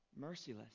Merciless